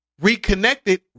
reconnected